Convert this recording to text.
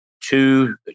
two